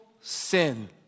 sin